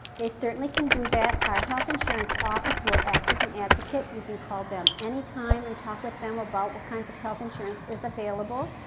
they certainly can do that. our health insurance office will act as an advocate. you can call them any time and talk with them about what kinds of health insurance is available.